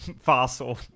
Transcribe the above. fossil